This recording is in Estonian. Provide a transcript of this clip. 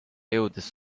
jõudes